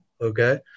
Okay